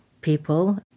people